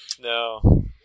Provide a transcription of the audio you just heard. No